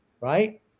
right